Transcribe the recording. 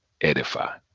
edify